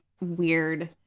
weird